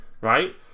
right